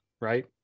Right